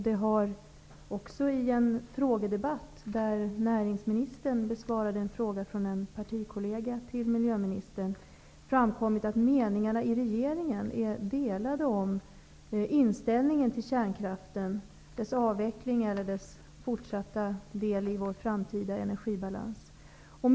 Det har också i en frågedebatt, där näringsministern besvarade en fråga från en partikollega till miljöministern, framkommit att det i regeringen råder delade meningar om kärnkraften, om den skall avvecklas eller om den även i framtiden skall utgöra en del i vår energiförsörjning.